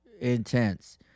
intense